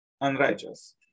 unrighteous